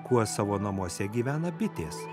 kuo savo namuose gyvena bitės